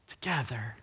together